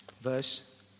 verse